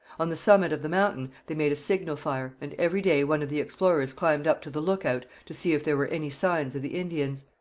on the summit of the mountain they made a signal fire, and every day one of the explorers climbed up to the lookout to see if there were any signs of the indians.